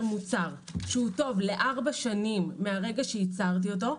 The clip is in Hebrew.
מוצר שהוא טוב לארבע שנים מהרגע שייצרתי אותו,